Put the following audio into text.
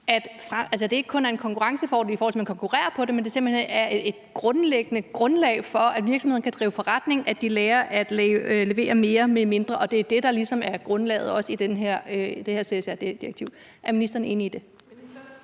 Det er ikke kun en konkurrencefordel, i forhold til at man konkurrerer om det, men det er simpelt hen en grundlæggende forudsætning for, at virksomheden kan drive forretning, at de lærer at levere mere med mindre. Det er det, der ligesom er grundlaget, også i det her CSRD-direktiv. Er ministeren enig i det?